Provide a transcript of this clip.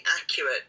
accurate